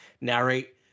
narrate